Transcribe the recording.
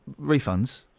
refunds